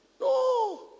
No